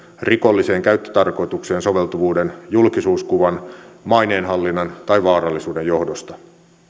rikolliseen käyttötarkoitukseen soveltuvuuden julkisuuskuvan maineenhallinnan tai vaarallisuuden johdosta